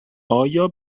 ایا